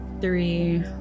three